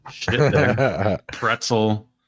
Pretzel